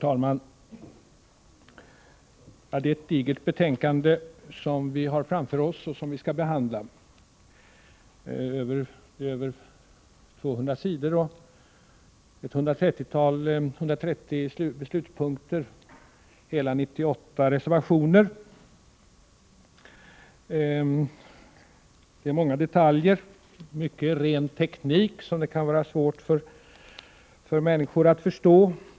Herr talman! Det är ett digert betänkande vi har framför oss och som vi skall behandla. Det omfattar över 200 sidor, 130 beslutspunkter och hela 98 reservationer. Det gäller många detaljer — mycket ren teknik, som det kan vara svårt för människor att förstå.